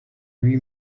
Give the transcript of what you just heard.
lui